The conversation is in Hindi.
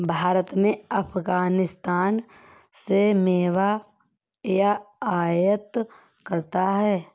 भारत अफगानिस्तान से मेवा का आयात करता है